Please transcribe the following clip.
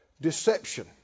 deception